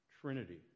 Trinity